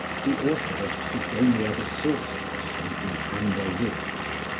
the author of sidonia the sorceress and the amber-witch.